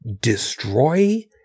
destroy